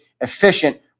efficient